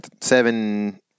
Seven –